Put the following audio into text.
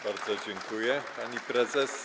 Bardzo dziękuję, pani prezes.